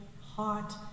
hot